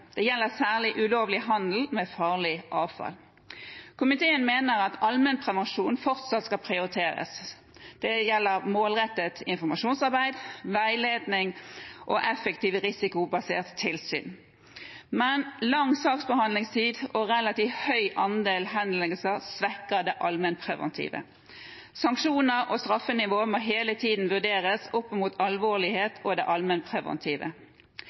Det gjelder særlig ulovlig handel med farlig avfall. Komiteen mener at allmennprevensjon fortsatt skal prioriteres. Det gjelder målrettet informasjonsarbeid, veiledning og effektivt risikobasert tilsyn. Men lang saksbehandlingstid og relativt høy andel henleggelser svekker det allmennpreventive. Sanksjoner og straffenivå må hele tiden vurderes opp mot alvorlighet og det allmennpreventive.